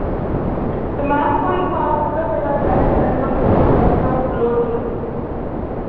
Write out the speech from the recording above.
ते मैम कोई खास ज'गा मेरे रैह्ने सैह्ने दा कोई शैल जेहा होटल वोटल